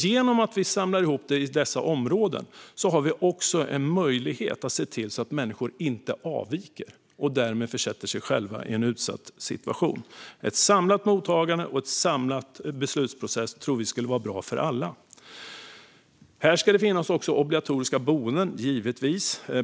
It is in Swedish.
Genom att samla ihop det i dessa områden har man också en möjlighet att se till att människor inte avviker och därmed försätter sig själva i en utsatt situation. Ett samlat mottagande och en samlad beslutsprocess tror vi skulle vara bra för alla. Här ska det givetvis också finnas obligatoriska boenden.